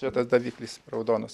čia tas daviklis raudonas